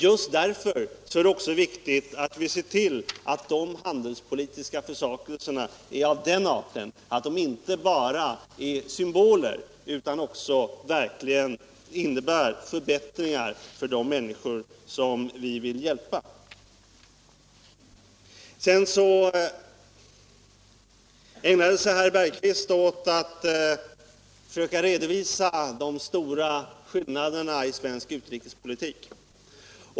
Just därför är det också viktigt att vi ser till att de handelspolitiska försakelserna är av den arten att de inte bara är symboler utan också verkligen innebär förbättringar för de människor som vi vill hjälpa. Sedan ägnade sig herr Bergqvist åt att försöka redovisa de stora skillnaderna i svensk utrikespolitik.